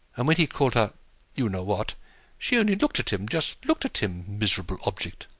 and when he called her you know what she only looked at him, just looked at him, miserable object.